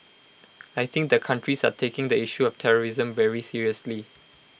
I think the countries are taking the issue of terrorism very seriously